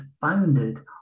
founded